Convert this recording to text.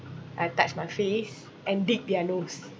uh touch my face and dig their nose